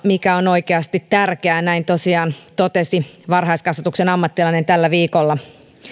mikä on oikeasti tärkeää näin tosiaan totesi varhaiskasvatuksen ammattilainen tällä viikolla